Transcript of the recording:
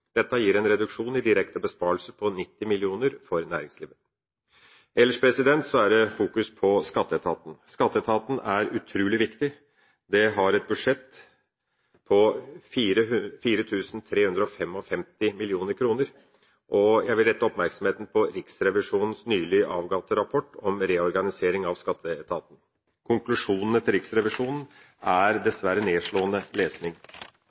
Dette gir en reduksjon i direkte besparelser på 90 mill. kr for næringslivet. Ellers er det fokus på skatteetaten. Skatteetaten er utrolig viktig. Den har et budsjett på 4 355 mill. kr, og jeg vil rette oppmerksomheten på Riksrevisjonens nylig avgitte rapport om reorganisering av skatteetaten. Konklusjonene til Riksrevisjonen er dessverre nedslående lesning.